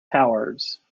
powers